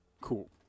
Cool